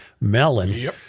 melon